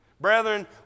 Brethren